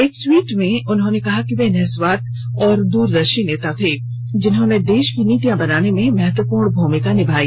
एक ट्वीट में उन्होंने कहा कि वे निःस्वार्थ और दूरदर्शी नेता थे जिन्होंने देश की नीतियां बनाने में महत्वपूर्ण भूमिका निभाई